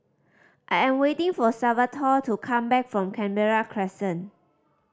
I am waiting for Salvatore to come back from Canberra Crescent